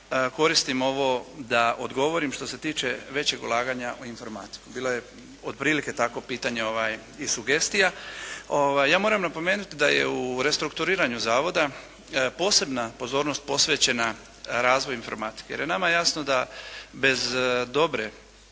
koristim ovo da odgovorim što se tiče većeg ulaganja u informatiku. Bilo je otprilike tako pitanje i sugestija. Ja moram napomenuti da je u restrukturiranju zavoda posebna pozornost posvećena razvoju informatike jer nama je jasno da bez dobre